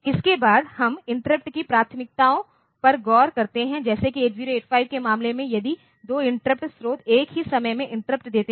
इसके बाद हम इंटरप्ट की प्राथमिकताओं पर गौर करते हैं जैसे कि 8085 के मामले में यदि 2 इंटरप्ट स्रोत एक ही समय में इंटरप्ट देते हैं